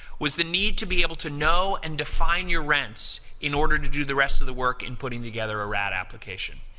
was the need to be able to know and define your rents in order to do the rest of the work in putting together a rad application.